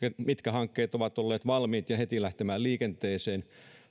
mitkä hankkeet ovat olleet valmiit heti lähtemään liikenteeseen